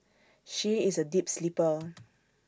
she is A deep sleeper